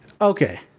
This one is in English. Okay